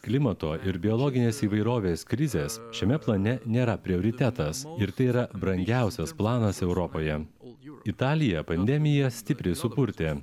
klimato ir biologinės įvairovės krizės šiame plane nėra prioritetas ir tai yra brangiausias planas europoje italiją pandemija stipriai supurtė